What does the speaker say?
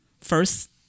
first